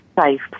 safe